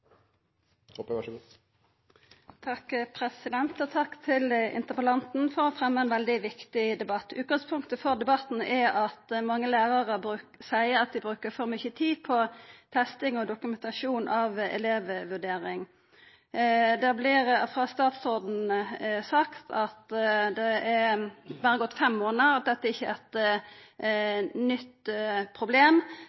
at mange lærarar seier at dei bruker for mykje tid på testing og dokumentasjon av elevvurdering. Det vert frå statsråden sagt at det berre har gått fem månader, og at dette ikkje er eit nytt problem, og det er for så vidt sant. For dette òg var eit